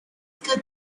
good